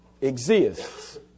exists